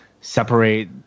separate